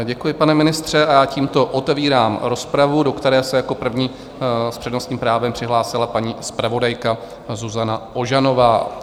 Děkuji, pane ministře, a já tímto otevírám rozpravu, do které se jako první s přednostním právem přihlásila paní zpravodajka Zuzana Ožanová.